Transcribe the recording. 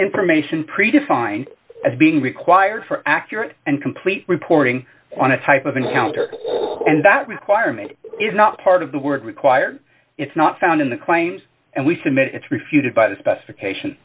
information predefined as being required for accurate and complete reporting on a type of encounter and that requirement is not part of the work required it's not found in the claims and we submit it's refuted by the specification